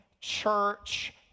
church